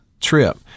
trip